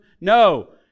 No